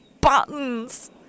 buttons